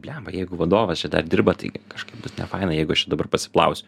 blemba jeigu vadovas čia dar dirba taigi kažkaip bus nefaina jeigu aš čia dabar pasiplausiu